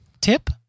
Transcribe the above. tip